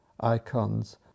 icons